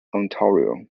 ontario